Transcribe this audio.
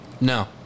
No